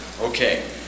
okay